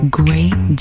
great